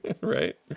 right